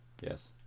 Yes